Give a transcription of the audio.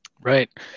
Right